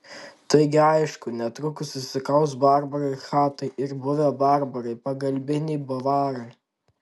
taigi aišku netrukus susikaus barbarai chatai ir buvę barbarai pagalbiniai bavarai